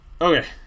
Okay